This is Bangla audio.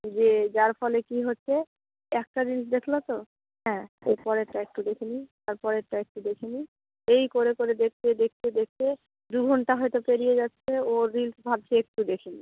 যে যার ফলে কী হচ্ছে একটা রিলস দেখলো তো হ্যাঁ এর পরেরটা একটু দেখে নিই তার পরেরটাও একটু দেখে নিই এই করে করে দেখতে দেখতে দেখতে দু ঘন্টা হয়তো পেরিয়ে যাচ্ছে ও রিলস ভাবছে একটু দেখে নিই